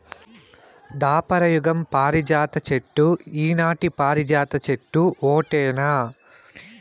దాపర యుగం పారిజాత చెట్టు ఈనాటి పారిజాత చెట్టు ఓటేనా